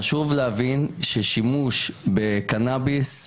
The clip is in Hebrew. חשוב להבין ששימוש בקנאביס,